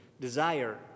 desire